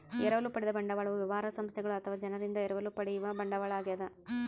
ಎರವಲು ಪಡೆದ ಬಂಡವಾಳವು ವ್ಯವಹಾರ ಸಂಸ್ಥೆಗಳು ಅಥವಾ ಜನರಿಂದ ಎರವಲು ಪಡೆಯುವ ಬಂಡವಾಳ ಆಗ್ಯದ